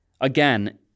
again